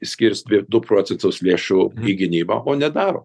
skirs du procentus lėšų į gynybą o nedaro